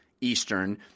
Eastern